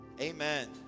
Amen